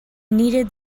needed